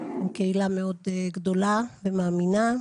עם קהילה מאוד גדולה ומאמינה,